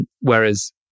Whereas